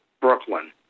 Brooklyn